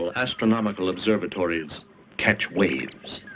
ah astronomical observatories catch waves.